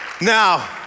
now